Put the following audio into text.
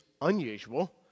unusual